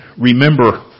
remember